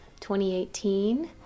2018